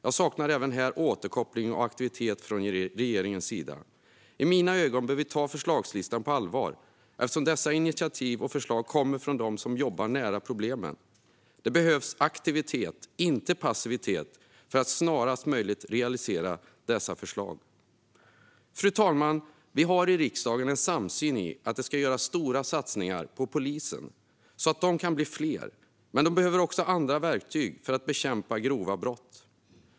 Jag saknar även här återkoppling och aktivitet från regeringens sida. I mina ögon bör vi ta förslagslistan på allvar, eftersom dessa initiativ och förslag kommer från dem som jobbar nära problemen. Det behövs aktivitet, inte passivitet, för att snarast möjligt realisera dessa förslag. Fru talman! Vi har i riksdagen en samsyn om att det ska göras stora satsningar på polisen så att de kan bli fler. Men de behöver också andra verktyg för att bekämpa grova brott.